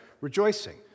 Rejoicing